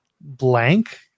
blank